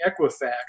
Equifax